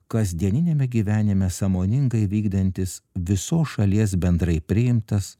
kasdieniniame gyvenime sąmoningai vykdantis visos šalies bendrai priimtas